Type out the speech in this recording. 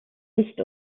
nicht